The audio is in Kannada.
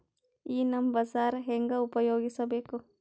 ಈ ನಮ್ ಬಜಾರ ಹೆಂಗ ಉಪಯೋಗಿಸಬೇಕು?